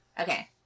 okay